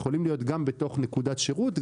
יכולים להיות גם בתוך נקודת שירות,